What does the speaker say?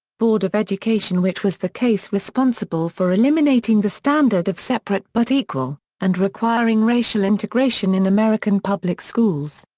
board of education which was the case responsible for eliminating the standard of separate but equal, and requiring racial integration in american public schools.